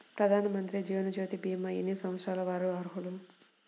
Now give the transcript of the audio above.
ప్రధానమంత్రి జీవనజ్యోతి భీమా ఎన్ని సంవత్సరాల వారు అర్హులు?